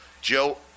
Joe